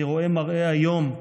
אני רואה מראה איום,